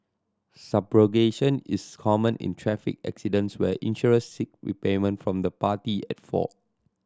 subrogation is common in traffic accidents where insurers seek repayment from the party at fault